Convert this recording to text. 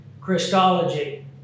Christology